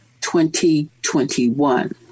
2021